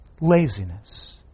Laziness